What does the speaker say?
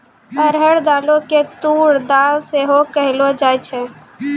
अरहर दालो के तूर दाल सेहो कहलो जाय छै